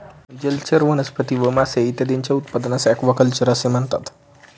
जलचर वनस्पती व मासे इत्यादींच्या उत्पादनास ॲक्वाकल्चर असे म्हणतात